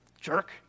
Jerk